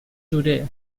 today